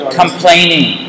complaining